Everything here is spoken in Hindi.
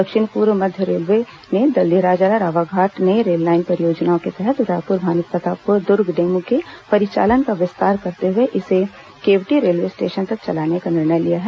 दक्षिण पूर्व मध्य रेलवे ने दल्लीराजहरा रावघाट नई रेललाइन परियोजनाओं के तहत रायपुर भानुप्रतापपुर दुर्ग डेमू के परिचालन का विस्तार करते हुए इसे केवटी रेलवे स्टेशन तक चलाने का निर्णय लिया है